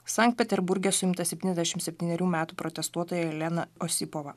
sankt peterburge suimta septyniasdešim septynerių metų protestuotoja lena osipova